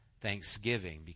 thanksgiving